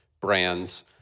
brands